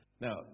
Now